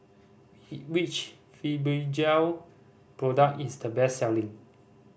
which Fibogel product is the best selling